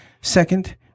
Second